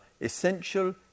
essential